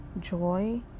joy